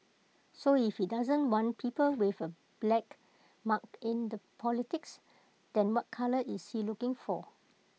so if he doesn't want people with A black mark in the politics then what colour is he looking for